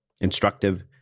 instructive